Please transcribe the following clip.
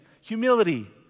humility